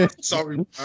Sorry